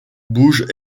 bouge